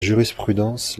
jurisprudence